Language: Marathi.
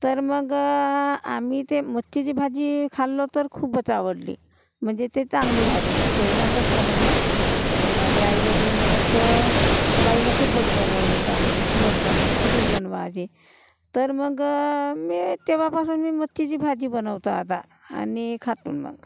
तर मग आम्ही ते मच्छीची भाजी खाल्ली तर खूपच आवडली म्हणजे ते चांगली झाली मी पहिल्यांदाच बनवलं पण माझे आई वडील म्हणत का बाईनं खूपच बनवल आणि चांगली खूपच बनवलं अशीच बनवायची तर मग मी तेव्हापासून मी मच्छीची भाजी बनवतो आता आणि खातून मग